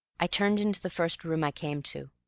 i turned into the first room i came to.